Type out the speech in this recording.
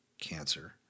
cancer